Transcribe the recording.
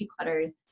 decluttered